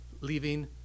leaving